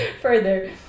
further